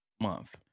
month